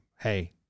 Hey